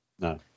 no